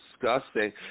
disgusting